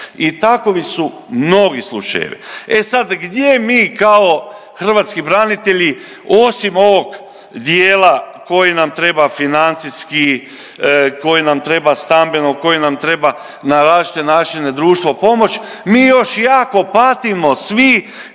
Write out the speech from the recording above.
i takovi su mnogi slučajevi. E sad, gdje mi kao hrvatski branitelji osim ovog dijela koji nam treba financijski, koji nam treba stambeno, koji nam treba na različite načine društva pomoć, mi još jako patimo svi